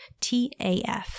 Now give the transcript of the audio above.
TAF